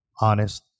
honest